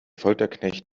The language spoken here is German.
folterknecht